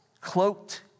cloaked